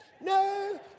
No